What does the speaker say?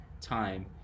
time